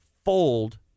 fold